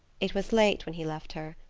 it was late when he left her.